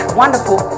wonderful